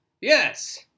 yes